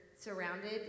Surrounded